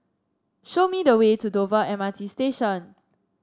show me the way to Dover M R T Station